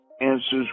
Answers